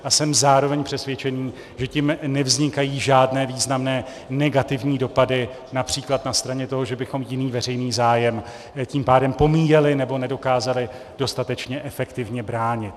A zároveň jsem přesvědčený, že tím nevznikají žádné významné negativní dopady například na straně toho, že bychom jiný veřejný zájem tím pádem pomíjeli nebo nedokázali dostatečně efektivně bránit.